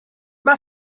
mae